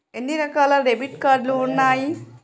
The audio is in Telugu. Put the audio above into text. ఎన్ని రకాల డెబిట్ కార్డు ఉన్నాయి?